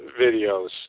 videos